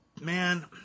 man